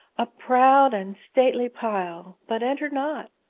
a proud and stately pile but enter not.